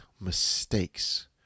mistakes